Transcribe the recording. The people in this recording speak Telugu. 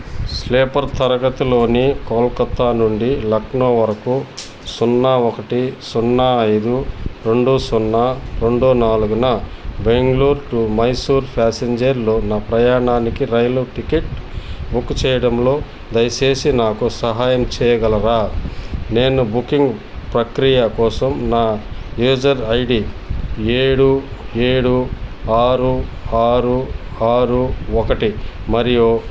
స్లీపర్ తరగతిలోని కోల్కతా నుండి లక్నో వరకు సున్నా ఒకటి సున్నా ఐదు రెండు సున్నా రెండు నాలుగున బెంగ్ళూర్ టూ మైసూర్ ఫ్యాసింజర్లో నా ప్రయాణానికి రైలు టికెట్ బుక్ చెయ్యడంలో దయచేసి నాకు సహాయం చెయ్యగలరా నేను బుకింగ్ ప్రక్రియ కోసం నా యూజర్ ఐడి ఏడు ఏడు ఆరు ఆరు ఆరు ఒకటి మరియు